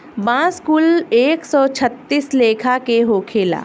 बांस कुल एक सौ छत्तीस लेखा के होखेला